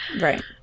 Right